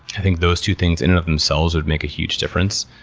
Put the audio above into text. i think those two things in and of themselves would make a huge difference.